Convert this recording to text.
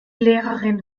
lehrerin